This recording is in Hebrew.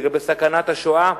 לגבי סכנת השואה,